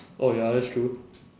oh ya that's true